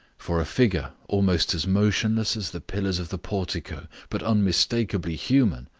for a figure almost as motionless as the pillars of the portico, but unmistakably human,